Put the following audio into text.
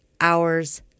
hours